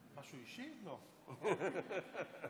הוא בתקופה של רוטציות.